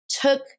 took